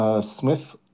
Smith